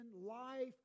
life